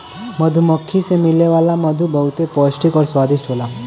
मधुमक्खी से मिले वाला मधु बहुते पौष्टिक आउर स्वादिष्ट होला